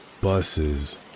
buses